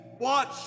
Watch